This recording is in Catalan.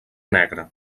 negra